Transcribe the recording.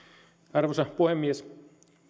arvoisa puhemies